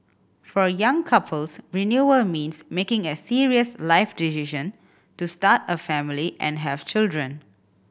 for young couples renewal means making a serious life decision to start a family and have children